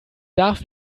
darf